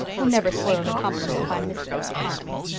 who never spoiled a compliment by misplaced economy.